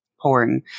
pouring